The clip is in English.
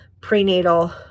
prenatal